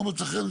לא מוצא חן,